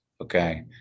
okay